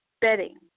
bedding